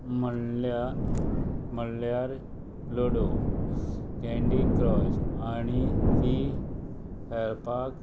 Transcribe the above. म्हणल्या म्हणल्यार ludo candy crush आणी ती खेळपाक